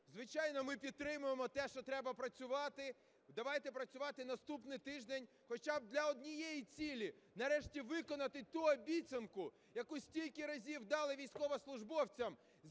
Звичайно, ми підтримуємо те, що треба працювати. Давайте працювати наступний тиждень хоча б для однієї цілі – нарешті виконати ту обіцянку, яку стільки разів дали військовослужбовцям,